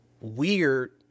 weird